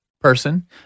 person